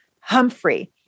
Humphrey